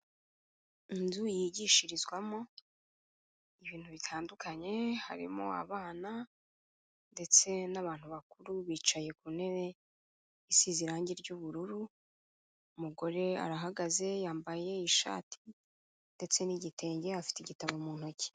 Inzu yigishirizwamo ibintu bitandukanye, harimo abana ndetse n'abantu bakuru, bicaye ku ntebe isize irangi ry'ubururu, umugore arahagaze yambaye ishati ndetse n'igitenge, afite igitabo mu ntoki.